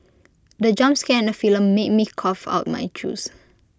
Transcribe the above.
the jump scare in the made me cough out my juice